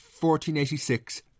1486